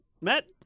Matt